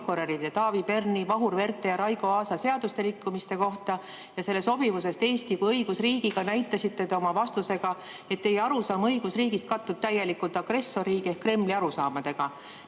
Taavi Perni, Vahur Verte ja Raigo Aasa seaduste rikkumise kohta ja selle sobivusest Eesti kui õigusriigiga, näitasite te oma vastusega, et teie arusaam õigusriigist kattub täielikult agressorriigi ehk Kremli arusaamadega.